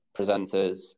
presenters